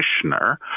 commissioner